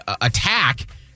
attack